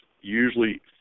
usually